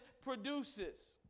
produces